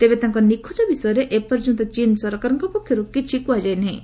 ତେବେ ତାଙ୍କ ନିଖୋଜ ବିଷୟରେ ଏପର୍ଯ୍ୟନ୍ତ ଚୀନ୍ ସରକାରଙ୍କ ପକ୍ଷରୁ କିଛି କୁହାଯାଇ ନାହିଁ